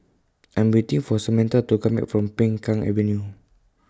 I'm waiting For Samantha to Come Back from Peng Kang Avenue